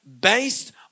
based